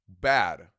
bad